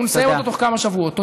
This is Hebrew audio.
ונסיים אותו תוך כמה שבועות.